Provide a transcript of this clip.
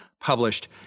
published